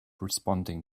responding